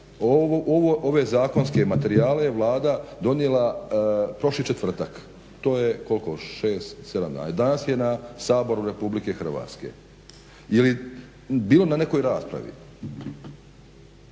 Ove zakonske materijale je Vlada donijela prošli četvrtak, to je koliko 6,7 dana. Danas je na Saboru Republike Hrvatske. Je li bilo na nekoj raspravi?